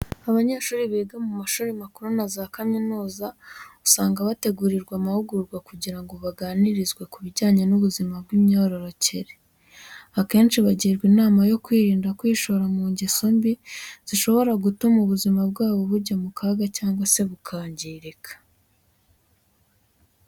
Abanyeshuri biga mu mashuri makuru na za kaminuza usanga bategurirwa amahugurwa kugira ngo baganirizwe ibijyanye n'ubuzima bw'imyororokere. Akenshi bagirwa inama yo kwirinda kwishora mu ngeso mbi zishobora gutuma ubuzima bwabo bujya mu kaga cyangwa se bukangirika.